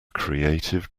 creative